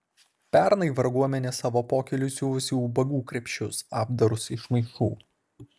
pernai varguomenė savo pokyliui siuvosi ubagų krepšius apdarus iš maišų